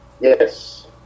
Yes